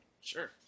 Sure